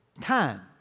time